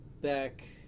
back